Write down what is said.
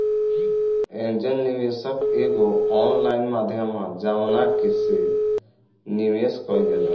angel निवेशक एगो online माध्यम ह जवना से निवेश कईल जाला